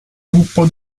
gruppo